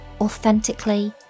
authentically